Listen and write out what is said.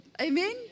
Amen